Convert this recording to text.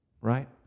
right